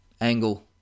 angle